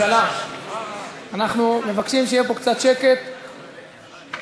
ולכן הנושא של הוגנות וצדק במשפט הוא חשוב ביותר.